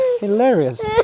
Hilarious